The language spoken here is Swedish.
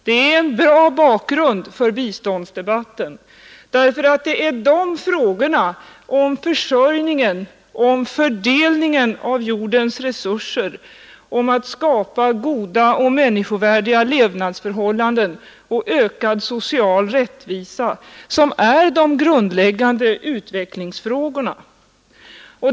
Det är en bra bakgrund för biståndsdebatten, därför att det är de frågorna — om försörjningen och fördelningen av jordens resurser, att skapa goda och människovärdiga levnadsförhållanden och ökad social rättvisa — som är de grundläggande utvecklingsfrågorna.